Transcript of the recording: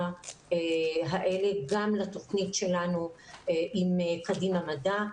האלה גם לתוכנית שלנו עם קדימה מדע.